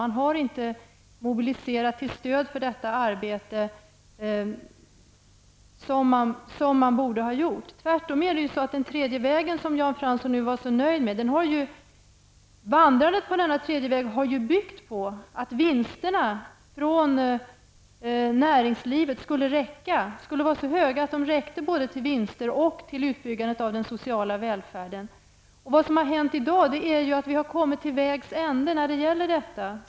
Man har inte mobiliserat människorna till stöd för detta arbete på det sätt som man borde ha gjort. Tvärtom har vandrandet på den tredje väg som Jan Fransson var så nöjd med byggt på att vinsterna från näringslivet skulle vara så höga att de räckte både till vinster och utbyggnaden av den sociala välfärden. Vad som hänt i dag är att vi kommit till vägs ände.